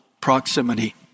proximity